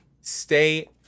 stay